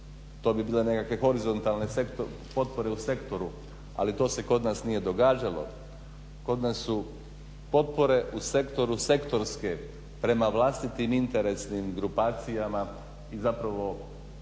To bi bile nekakve horizontalne potpore u sektoru, ali to se kod nas nije događalo, kod nas su potpore u sektoru sektorske prema vlastitim interesnim grupacijama i zapravo